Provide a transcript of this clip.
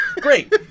great